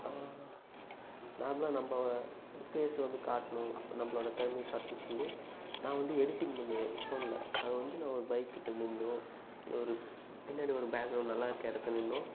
நார்மலாக நம்ம ஃபேஸ் வந்து காட்டணும் நம்மளோட திறமையை காட்டணுன் சொல்லி நான் வந்து எடிட்டிங் பண்ணுவேன் ஃபோனில் அது வந்து நான் ஒரு பைக்கிட்ட நின்றோ இல்லை ஒரு பின்னாடி ஒரு பேக்ரவுண்ட் நல்லா இருக்கற இடத்துல நின்றோ